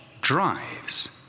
drives